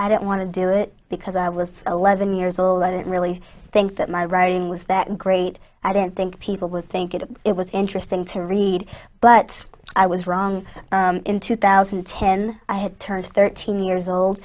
i didn't want to do it because i was eleven years old i didn't really think that my writing was that great i didn't think people would think it it was interesting to read but i was wrong in two thousand and ten i had turned thirteen years old